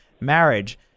marriage